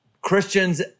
Christians